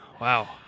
Wow